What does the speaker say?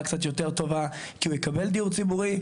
קצת יותר טובה כי הוא יקבל דיור ציבורי?